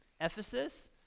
Ephesus